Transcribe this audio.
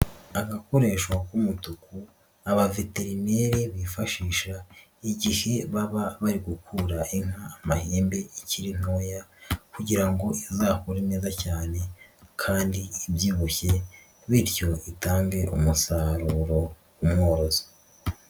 Agakoresho k'umutuku, abaveterineri bifashisha igihe baba bari gukura inka amahembe ikiri ntoya kugira ngo izakure neza cyane kandi ibyibushye, bityo itange umusaruro umworozi.